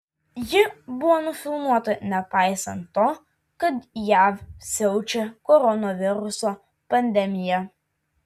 ji buvo nufilmuota nepaisant to kad jav siaučia koronaviruso pandemija